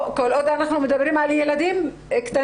כל עוד אנחנו מדברים על משפחה עם ילדים קטנים.